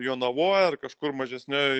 jonavoj ar kažkur mažesnioj